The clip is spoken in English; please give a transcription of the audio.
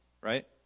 Right